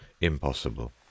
impossible